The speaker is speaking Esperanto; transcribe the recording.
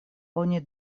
oni